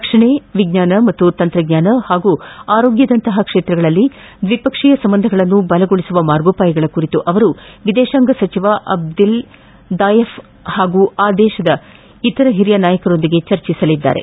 ರಕ್ಷಣೆ ವಿಜ್ವಾನ ಮತ್ತು ತಂತ್ರಜ್ಞಾನ ಹಾಗೂ ಆರೋಗ್ಧದಂತಹ ಕ್ಷೇತ್ರಗಳಲ್ಲಿ ದ್ವಿಪಕ್ಷೀಯ ಸಂಬಂಧಗಳನ್ನು ಬಲಗೊಳಿಸುವ ಮಾರ್ಗೋಪಾಯಗಳ ಕುರಿತು ಅವರು ವಿದೇಶಾಂಗ ಸಚಿವ ಅಬ್ಲಿಲ್ ದಾಯಫ್ ಹಾಗೂ ಆದೇಶದ ಇತರ ಹಿರಿಯ ನಾಯಕರೊಂದಿಗೆ ಚಿರ್ಚಿಸಲಿದ್ದಾರೆ